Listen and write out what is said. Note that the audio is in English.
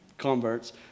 converts